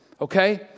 okay